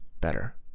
better